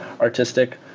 artistic